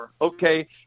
okay